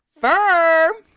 Fur